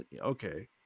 Okay